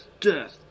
death